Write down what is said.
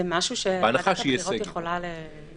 זה משהו שוועדת הבחירות יכולה לייצר?